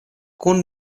kun